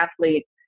athletes